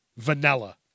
Vanilla